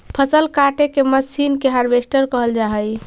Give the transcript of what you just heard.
फसल काटे के मशीन के हार्वेस्टर कहल जा हई